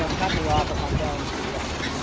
so cut me off if i am going too fast.